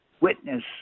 witness